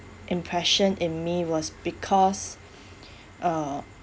impression in me was because uh